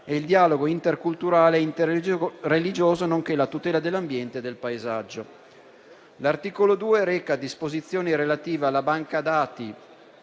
e il dialogo interculturale e interreligioso, religioso, nonché la tutela dell'ambiente del paesaggio. L'articolo 2 reca disposizioni relative alla banca dati